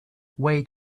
wait